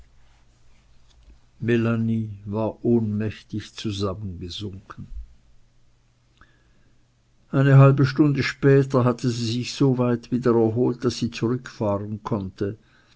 war ohnmächtig zusammengesunken eine halbe stunde später hatte sie sich so weit wieder erholt daß sie zurückfahren konnte